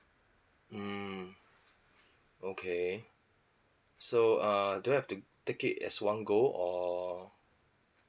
mm okay so err do I have to take it as one go or